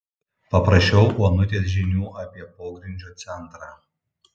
paprašiau onutės žinių apie pogrindžio centrą